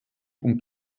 und